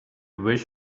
wish